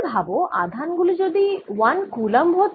এবার ভাবো আধান গুলি যদি 1 কুলম্ব হত